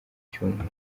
cyumweru